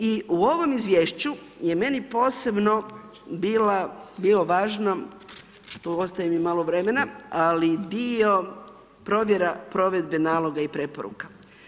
I u ovom izvješću je meni posebno bilo važno, tu ostaje mi malo vremena, ali dio provjera provedbe naloga i preporuka.